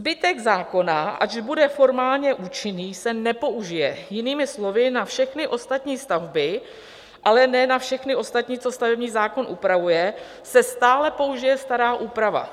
Zbytek zákona, ač bude formálně účinný, se nepoužije, jinými slovy, na všechny ostatní stavby, ale ne na všechny ostatní, co stavební zákon upravuje, se stále použije stará úprava.